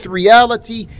reality